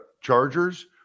Chargers